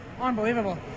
Unbelievable